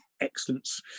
excellence